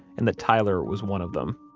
and that tyler was one of them.